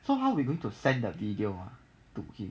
so how are we going to send the video ah